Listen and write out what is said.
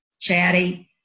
chatty